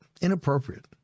Inappropriate